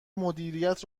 مدیریت